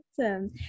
awesome